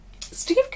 Steve